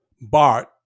Bart